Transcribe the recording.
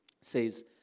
says